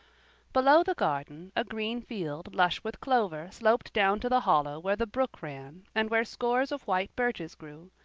below the garden a green field lush with clover sloped down to the hollow where the brook ran and where scores of white birches grew,